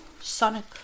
Sonic